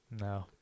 No